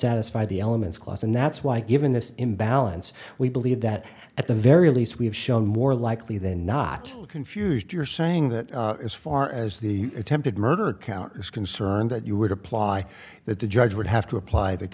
satisfied the elements clause and that's why given this imbalance we believe that at the very least we have shown more likely than not confused you're saying that as far as the attempted murder count is concerned that you would apply that the judge would have to apply the